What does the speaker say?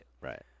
right